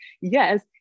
yes